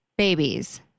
babies